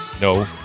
No